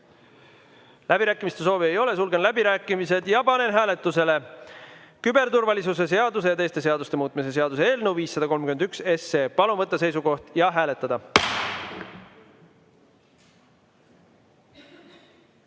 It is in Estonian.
Läbirääkimiste soovi ei ole, sulgen läbirääkimised. Panen hääletusele küberturvalisuse seaduse ja teiste seaduste muutmise seaduse eelnõu 531. Palun võtta seisukoht ja hääletada!